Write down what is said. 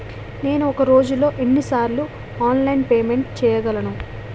నేను ఒక రోజులో ఎన్ని సార్లు ఆన్లైన్ పేమెంట్ చేయగలను?